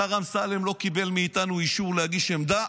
השר אמסלם לא קיבל מאיתנו אישור להגיש עמדה,